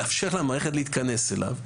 לאפשר למערכת להתכנס אליו,